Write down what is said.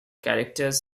characters